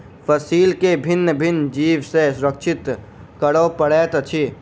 फसील के भिन्न भिन्न जीव सॅ सुरक्षित करअ पड़ैत अछि